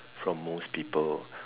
from most people